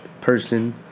person